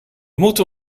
moeten